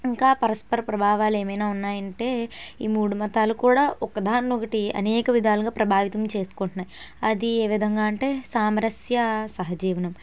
ఇంకా పరస్పర ప్రభావాలు ఏమైనా ఉన్నాయంటే ఈ మూడు మతాలు కూడా ఒకదాన్నొకటి అనేక విధాలుగా ప్రభావితం చేసుకుంటున్నాయి అది ఏ విధంగా అంటే సామరస్య సహజీవనం